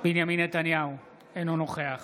נתניהו, אינו נוכח